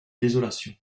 désolation